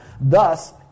thus